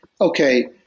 okay